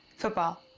football?